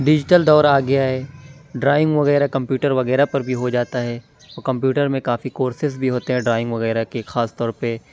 digital دور آ گیا ہے ڈرائنگ وغیرہ کمپیوٹر وغیرہ پر بھی ہو جاتا ہے اور کمپوٹر میں کافی کورسسز بھی ہوتے ہیں ڈرائنگ وغیرہ کے خاص طور پہ